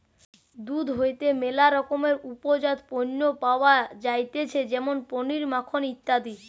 দুধ হইতে ম্যালা রকমের উপজাত পণ্য পাওয়া যাইতেছে যেমন পনির, মাখন ইত্যাদি